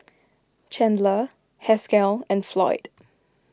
Chandler Haskell and Floyd